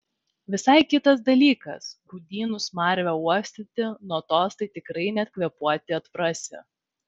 visai kitas dalykas rūdynų smarvę uostyti nuo tos tai tikrai net kvėpuoti atprasi